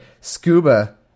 Scuba